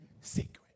Secret